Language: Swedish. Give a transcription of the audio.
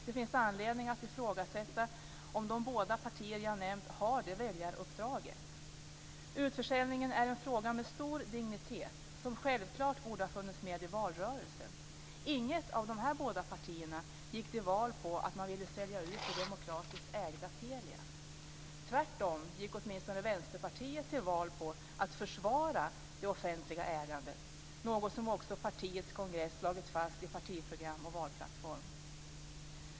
Det finns anledning att ifrågasätta om de båda partier som jag nämnt har det väljaruppdraget. Utförsäljningen är en fråga med stor dignitet som självklart borde ha funnits med i valrörelsen. Inget av de här båda partierna gick till val på att man ville sälja ut det demokratiskt ägda Telia. Tvärtom gick åtminstone Vänsterpartiet till val på att försvara det offentliga ägandet, något som också partiets kongress slagit fast i partiprogram och valplattform.